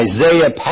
Isaiah